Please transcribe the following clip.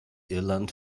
irland